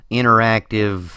interactive